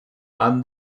and